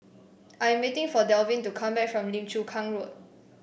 I am waiting for Dalvin to come back from Lim Chu Kang Road